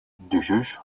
düşüş